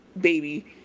baby